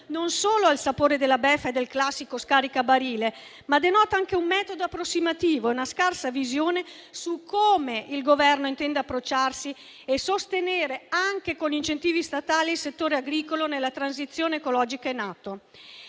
non solo ha il sapore della beffa e del classico scaricabarile, ma denota anche un metodo approssimativo, una scarsa visione su come il Governo intende approcciarsi e sostenere, anche con incentivi statali, il settore agricolo nella transizione ecologica in atto.